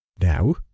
Now